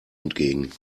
entgegen